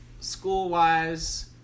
school-wise